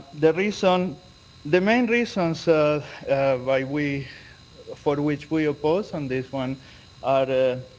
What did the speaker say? the reason the main reasons ah why we for which we oppose on this one are